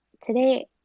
today